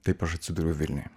taip aš atsidūriau vilniuj